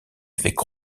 avec